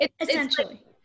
Essentially